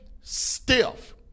stiff